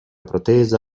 protesa